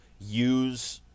use